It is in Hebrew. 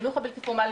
החינוך הבלתי פורמלי,